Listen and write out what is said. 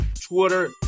Twitter